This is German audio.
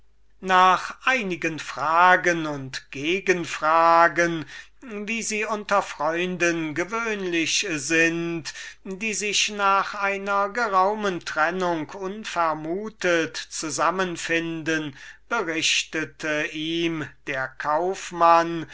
nach einigen fragen und gegenfragen wie sie unter freunden gewöhnlich sind die sich nach einer geraumen trennung unvermutet zusammenfinden berichtete ihm der kaufmann